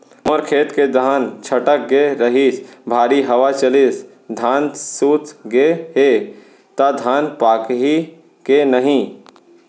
मोर खेत के धान छटक गे रहीस, भारी हवा चलिस, धान सूत गे हे, त धान पाकही के नहीं?